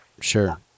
Sure